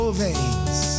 veins